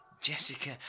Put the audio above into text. Jessica